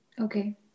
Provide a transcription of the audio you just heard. Okay